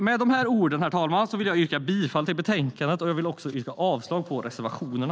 Med dessa ord, herr talman, yrkar jag bifall till utskottets förslag i betänkandet och avslag på reservationerna.